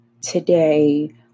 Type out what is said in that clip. today